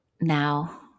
now